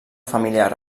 familiar